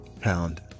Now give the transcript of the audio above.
pound